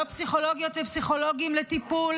לא פסיכולוגיות ופסיכולוגים לטיפול